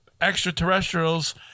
extraterrestrials